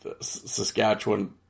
Saskatchewan